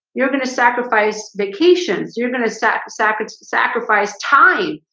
you're going to sacrifice vacation. so you're going to second sacrifice sacrifice time,